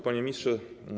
Panie Ministrze!